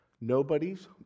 nobody's